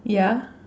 ya